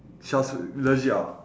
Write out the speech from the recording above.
charger legit ah